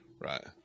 right